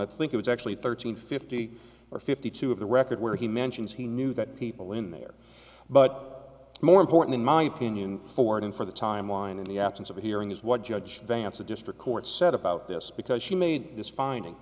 i think it's actually thirteen fifty or fifty two of the record where he mentions he knew that people in there but more important in my opinion for and for the timeline in the absence of a hearing is what judge vance the district court said about this because she made this finding